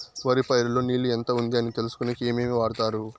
వరి పైరు లో నీళ్లు ఎంత ఉంది అని తెలుసుకునేకి ఏమేమి వాడతారు?